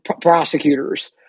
prosecutors